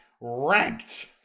ranked